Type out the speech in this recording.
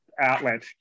outlet